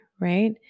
right